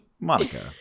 Monica